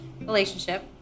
relationship